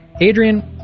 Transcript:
Adrian